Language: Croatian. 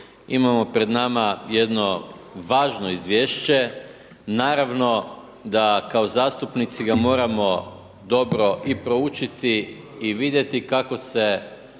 Imamo pred nama jedno važno izvješće, naravno da kao zastupnici ga moramo dobro i proučiti i vidjeti kako se